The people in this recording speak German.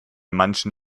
manchen